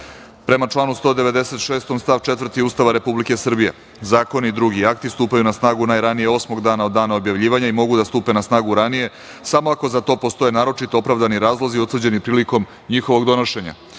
članu 196. stav 4. Ustava Republike Srbije zakoni i drugi akti stupaju na snagu najranije osmog dana od dana objavljivanja i mogu da stupe na snagu ranije samo ako za to postoje naročito opravdani razlozi utvrđeni prilikom njihovog donošenja. Stavljam